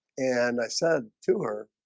and i said to her